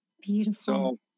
Beautiful